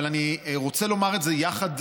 אבל אני רוצה לומר את זה יחד,